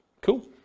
Cool